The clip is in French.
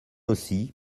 aussi